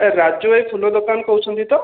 ଏ ରାଜୁ ଭାଇ ଫୁଲ ଦୋକାନ କହୁଛନ୍ତି ତ